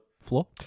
floor